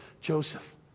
Joseph